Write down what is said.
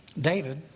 David